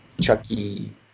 Chucky